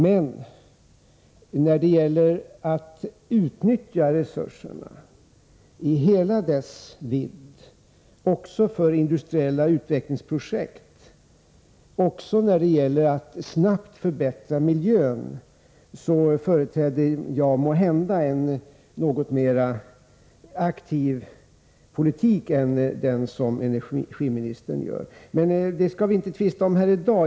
Men när det gäller att utnyttja dessa resurser i hela deras vidd — också för industriella utvecklingsprojekt, för att snabbt förbättra miljön osv. — företräder jag måhända en något mer aktiv politik än energiministern. Men vi skall inte tvista om det i dag.